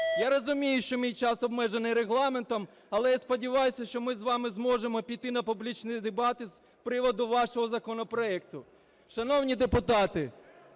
Я розумію, що мій час обмежений регламентом, але я сподіваюся, що ми з вами зможемо піти на публічні дебати з приводу вашого законопроекту. Шановні депутати,